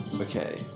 Okay